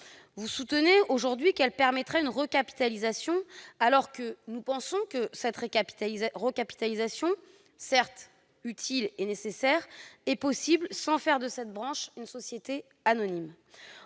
Vous soutenez aujourd'hui qu'elle permettrait une recapitalisation ; nous pensons au contraire que cette recapitalisation, certes utile et nécessaire, est possible sans faire de cette branche une société anonyme.